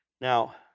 Now